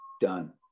done